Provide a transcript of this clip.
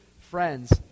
friends